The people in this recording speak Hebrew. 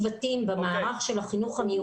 לפחות ידע ומידע.